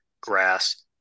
grass